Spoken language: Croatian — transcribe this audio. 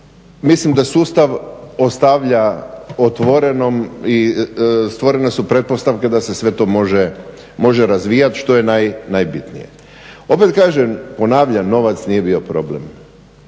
mislim da sustav otvara otvorenom i stvorene su pretpostavke da se sve to može razvijati što je najbitnije. Opet kažem, ponavljam novac nije bio problem.